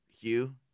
Hugh